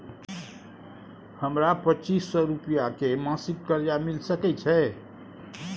हमरा पच्चीस सौ रुपिया के मासिक कर्जा मिल सकै छै?